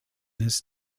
this